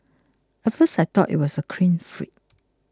at first I thought he was a clean freak